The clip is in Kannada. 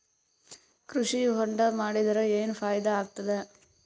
ಕೃಷಿ ಹೊಂಡಾ ಮಾಡದರ ಏನ್ ಫಾಯಿದಾ ಆಗತದ?